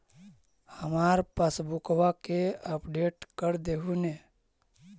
हमार पासबुकवा के अपडेट कर देहु ने?